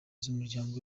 z’umuryango